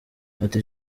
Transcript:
ati